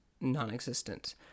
non-existent